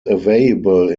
available